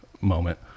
moment